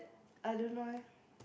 I don't know eh